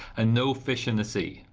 and no fish in the sea.